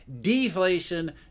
deflation